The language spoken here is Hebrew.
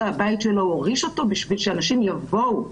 זה הבית שלו, הוא הוריש אותו בשביל שאנשים יבואו,